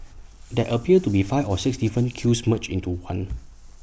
there appears to be five or six different queues merged into one